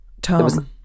Tom